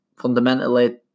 fundamentally